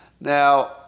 Now